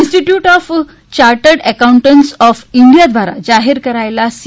institute of chartered accountants of India દ્વારા જાહેર કરાયેલા સી